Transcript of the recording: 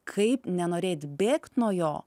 kaip nenorėt bėgt nuo jo